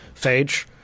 Phage